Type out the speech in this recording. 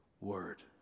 word